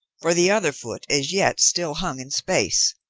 for the other foot as yet still hung in space,